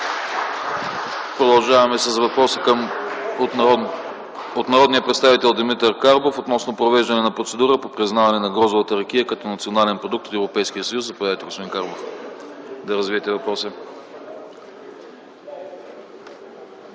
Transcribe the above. Продължаваме с въпрос от народния представител Димитър Карбов относно провеждане на процедура по признаване на гроздовата ракия като национален продукт от Европейския съюз. Заповядайте да развиете въпроса,